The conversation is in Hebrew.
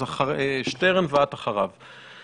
אז שטרן ואת אחריו.